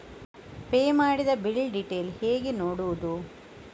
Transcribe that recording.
Pay ಮಾಡಿದ bill detail ಹೇಗೆ ನೋಡುವುದು?